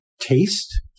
taste